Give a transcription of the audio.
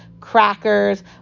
crackers